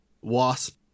Wasp